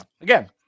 Again